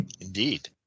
Indeed